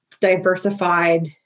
diversified